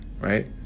right